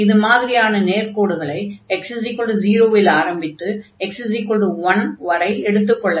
இது மாதிரியான நேர்க்கோடுகளை x0 இல் ஆரம்பித்து x1 வரை எடுத்துக் கொள்ள வேண்டும்